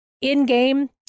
In-game